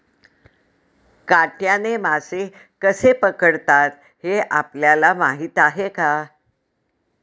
काट्याने मासे कसे पकडतात हे आपल्याला माहीत आहे का?